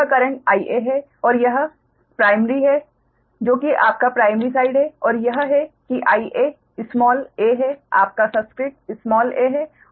तो यह current IA है और यह प्राइमरी है जो कि आपका प्राइमरी साइड है और यह है कि Ia स्माल 'a' है आपका सबस्क्रिप्ट स्माल 'a' है